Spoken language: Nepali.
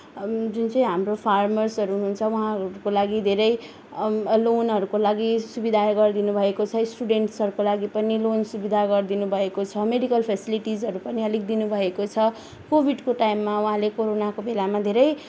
जुन चाहिँ हाम्रो फार्मर्सहरू हुनुहुन्छ उहाँहरूको लागि धेरै लोनहरूको लागि सुविधा गरिदिनुभएको छ स्टुडेन्ट्सहरूको लागि पनि लोन सुविधा गरिदिनुभएको छ मेडिकल फेसिलिटिसहरू पनि अलिक दिनुभएको छ कोभिडको टाइममा उहाँले कोरोनाको बेलामा धेरै